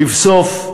לבסוף,